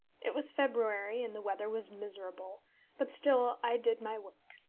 it was february, and the weather was miserable but still i did my work.